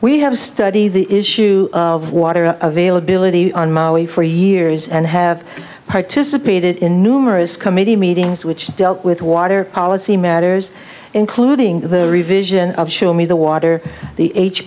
we have studied the issue of water availability on maui for years and have participated in numerous committee meetings which dealt with water policy matters including the revision of show me the water the h